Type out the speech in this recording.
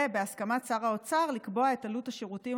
ובהסכמת שר האוצר לקבוע את עלות השירותים